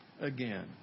again